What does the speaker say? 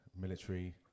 Military